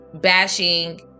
bashing